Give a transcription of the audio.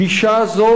"גישה זו",